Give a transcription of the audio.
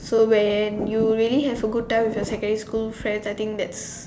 so when you really have a good time with your secondary school friends I think that's